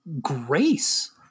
grace